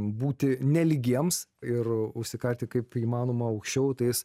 būti nelygiems ir užsikarti kaip įmanoma aukščiau tais